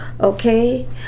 Okay